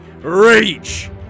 rage